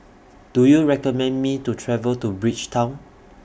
Do YOU recommend Me to travel to Bridgetown